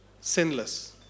sinless